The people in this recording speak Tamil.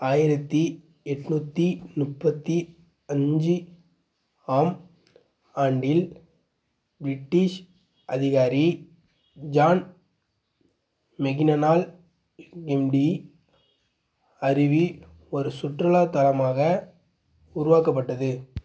ஆயிரத்து எண்நூத்தி முப்பத்தி அஞ்சு ஆம் ஆண்டில் ப்ரிட்டிஷ் அதிகாரி ஜான் மெகினனால் கெம்ப்டி அருவி ஒரு சுற்றுலா தலமாக உருவாக்கப்பட்டது